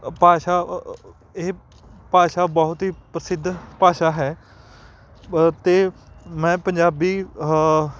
ਭਾਸ਼ਾ ਇਹ ਭਾਸ਼ਾ ਬਹੁਤ ਹੀ ਪ੍ਰਸਿੱਧ ਭਾਸ਼ਾ ਹੈ ਅਤੇ ਮੈਂ ਪੰਜਾਬੀ